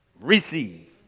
receive